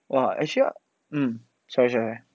!wah! actually hmm sorry sorry